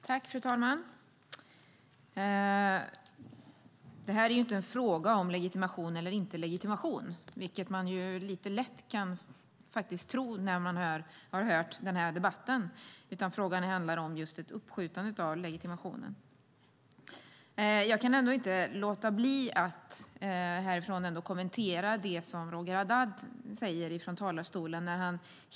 Fru talman! Detta är inte en fråga om legitimation eller inte legitimation, vilket man lätt kan tro efter att ha hört debatten. Frågan handlar i stället om ett uppskjutande av legitimationen. Jag kan inte låta bli att kommentera det Roger Haddad sade från talarstolen.